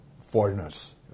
foreigners